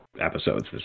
episodes